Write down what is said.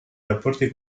rapporti